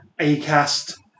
Acast